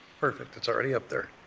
perfect, it's already up there.